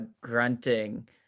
grunting